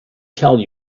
tell